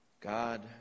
God